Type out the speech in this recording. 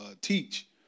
teach